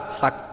sak